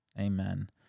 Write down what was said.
Amen